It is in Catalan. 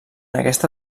aquesta